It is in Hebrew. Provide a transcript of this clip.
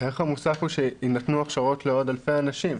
הערך המוסף הוא שיינתנו הכשרות לעוד אלפי אנשים.